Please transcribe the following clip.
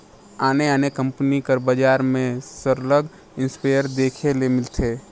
आने आने कंपनी कर बजार में सरलग इस्पेयर देखे ले मिलथे